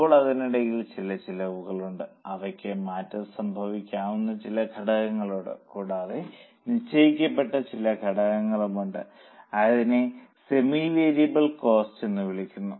ഇപ്പോൾ അതിനിടയിൽ ചില ചെലവുകളുണ്ട് അവയ്ക്ക് മാറ്റം സംഭവിക്കാവുന്ന ചില ഘടകങ്ങൾ ഉണ്ട് കൂടാതെ നിശ്ചയിക്കപ്പെട്ട ചില ഘടകങ്ങളുമുണ്ട് അതിനെ സെമി വേരിയബിൾ കോസ്റ്റ് എന്ന് വിളിക്കുന്നു